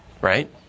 Right